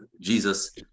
Jesus